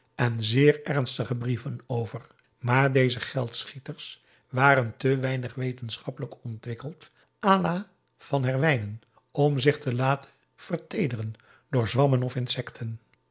en zeer ernstige brieven over maar deze geldschieters waren te weinig wetenschappelijk ontwikkeld à la van herwijnen om zich te laten verteederen door zwammen of insecten